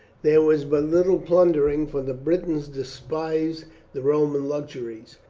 there was but little plundering, for the britons despised the roman luxuries,